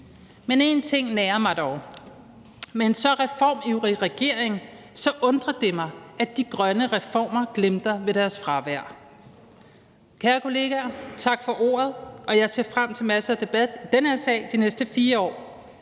Men en ting nager mig dog. Med en så reformivrig regering undrer det mig, at de grønne reformer glimrer ved deres fravær. Kære kolleger, tak for ordet. Jeg ser frem til masser af debat i den her sal i de næste 4 år